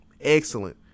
Excellent